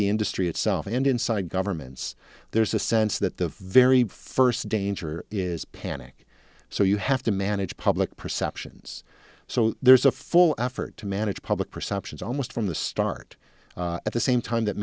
the industry itself and inside governments there's a sense that the very first danger is panic so you have to manage public perceptions so there's a full effort to manage public perceptions almost from the start at the same time that